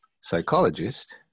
psychologist